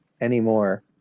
anymore